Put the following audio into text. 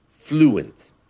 fluent